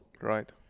right